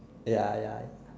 ya ya ya